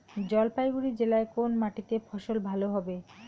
জলপাইগুড়ি জেলায় কোন মাটিতে ফসল ভালো হবে?